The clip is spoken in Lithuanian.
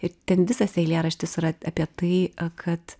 ir ten visas eilėraštis yra apie tai kad